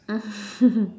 mm